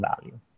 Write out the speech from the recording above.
value